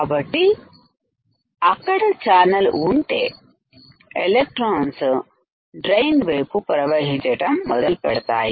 కాబట్టి అక్కడ ఛానల్ ఉంటే ఎలెక్ట్రాన్స్డ్రైన్ వైపు ప్రవహించటం మొదలు పెడతాయి